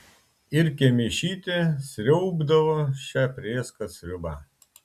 ir kemėšytė sriaubdavo šią prėską sriubą